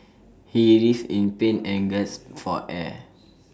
he writhed in pain and gasped for air